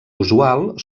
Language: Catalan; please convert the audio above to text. usual